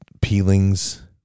peelings